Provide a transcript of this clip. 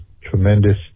tremendous